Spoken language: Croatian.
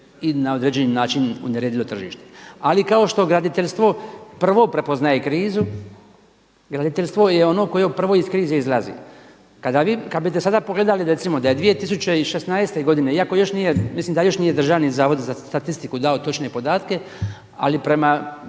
i na određeni način uneredilo tržište. Ali kao što graditeljstvo prvo prepoznaje krizu, graditeljstvo je ono koje prvo iz krize izlazi. Kada biste sada pogledali da je 2016. godine, mislim da još nije DZS dao točne podatke, ali prema